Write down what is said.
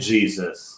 Jesus